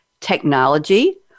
technology